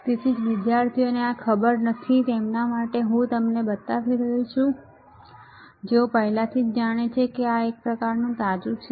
તેથી જે વિદ્યાર્થીઓને આ ખબર નથી તેમના માટે હું તમને બતાવી રહ્યો છું જેઓ પહેલાથી જ જાણે છે કે તે એક પ્રકારનું તાજું છે